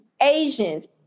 asians